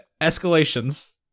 escalations